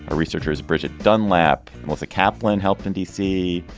ah researchers bridget dunlap, melissa kaplan helped in d c.